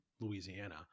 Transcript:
Louisiana